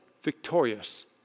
victorious